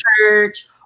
church